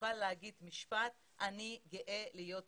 יוכל להגיד את המשפט: אני גאה להיות ישראלי.